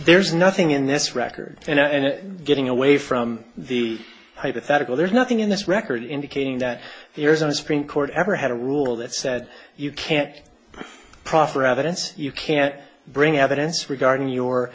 there's nothing in this record and getting away from the hypothetical there's nothing in this record indicating that there's a supreme court ever had a rule that said you can't proffer evidence you can't bring evidence regarding your